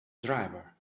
driver